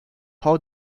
how